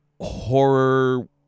horror